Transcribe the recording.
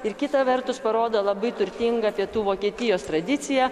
ir kita vertus parodo labai turtingą pietų vokietijos tradiciją